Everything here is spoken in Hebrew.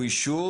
אוישו,